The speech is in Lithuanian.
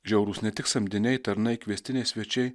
žiaurūs ne tik samdiniai tarnai kviestiniai svečiai